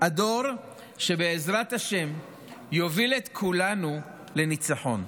הדור שבעזרת השם יוביל את כולנו לניצחון.